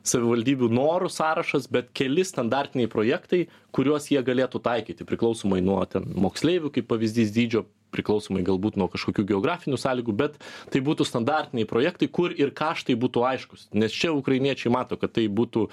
savivaldybių norų sąrašas bet keli standartiniai projektai kuriuos jie galėtų taikyti priklausomai nuo ten moksleivių kaip pavyzdys dydžio priklausomai galbūt nuo kažkokių geografinių sąlygų bet tai būtų standartiniai projektai kur ir kaštai būtų aiškus nes čia ukrainiečiai mato kad tai būtų